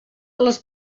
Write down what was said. les